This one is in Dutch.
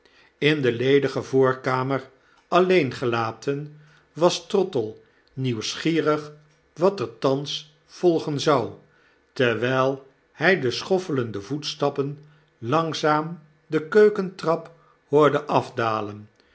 in de ledige voorkamer alleen gelaten was trottle nieuwsgierig wat er thans volgen zou terwijl hij de schoffelende voetstappen langzaam de keukentrap hoorde afdalen